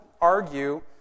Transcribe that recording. argue